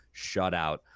shutout